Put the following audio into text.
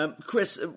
Chris